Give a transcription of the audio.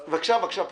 בבקשה, פרופ'